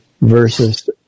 versus